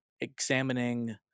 examining